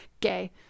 gay